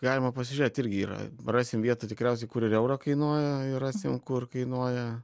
galima pasižiūrėt irgi yra rasim vietą tikriausiai kur ir eurą kainuoja rasim kur kainuoja